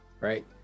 right